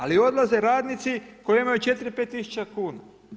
Ali odlaze radnici koji imaju 4, 5 tisuća kuna.